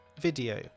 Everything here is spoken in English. video